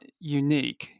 unique